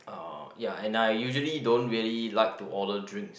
uh ya and I usually don't really like to order drinks